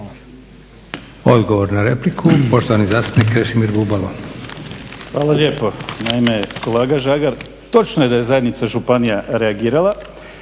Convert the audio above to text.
Odgovor na repliku, poštovani zastupnik Krešimir Bubalo.